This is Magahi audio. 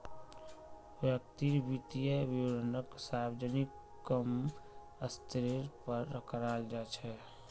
व्यक्तिर वित्तीय विवरणक सार्वजनिक क म स्तरेर पर कराल जा छेक